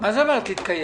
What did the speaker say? מה זאת אומרת אם יתקיים?